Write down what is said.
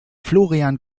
florian